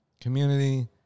community